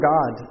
God